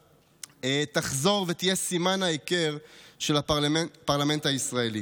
תחזור ותהיה סימן ההיכר של הפרלמנט הישראלי.